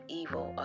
evil